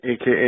aka